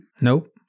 Nope